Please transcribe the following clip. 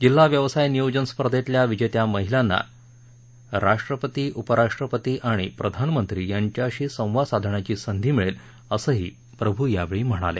जिल्हा व्यवसाय नियोजन स्पर्धेतल्या विजेत्या महिलांना प्रधानमंत्री राष्ट्रपती आणि उपराष्ट्रपती यांच्याशी संवाद साधण्याची संधी मिळेल असं प्रभू यावेळी म्हणाले